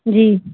जी